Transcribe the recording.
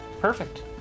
perfect